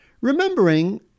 Remembering